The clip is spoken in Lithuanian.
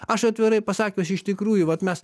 aš atvirai pasakius iš tikrųjų vat mes